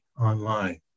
online